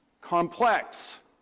complex